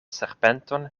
serpenton